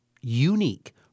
unique